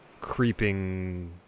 creeping